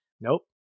Nope